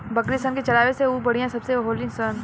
बकरी सन के चरावे से उ बहुते बढ़िया होली सन